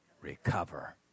Recover